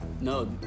No